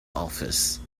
office